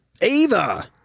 Ava